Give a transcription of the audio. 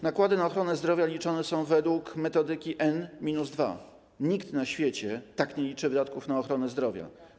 Nakłady na ochronę zdrowia liczone są według metodyki n-2, nikt na świecie tak nie liczy wydatków na ochronę zdrowia.